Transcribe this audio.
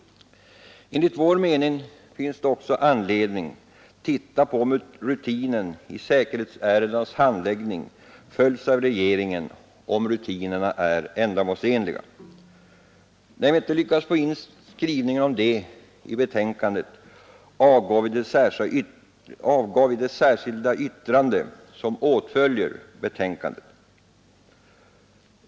Enligt vår mening finns det också anledning titta på om rutinen i säkerhetsärendenas handläggning följts av regeringen och om rutinerna är ändamålsenliga. När vi inte lyckades få in skrivningen om detta i betänkandet avgav vi det särskilda yttrande som åtföljer betänkandet.